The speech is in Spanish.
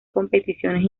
competiciones